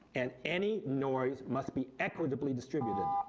and any noise must be equitably distributed,